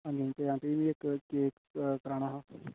हां जी हां जी मीं इक केक कराना हा